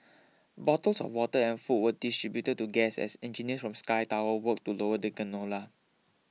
bottles of water and food were distributed to guests as engineers from Sky Tower worked to lower the gondola